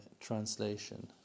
translation